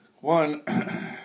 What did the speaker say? One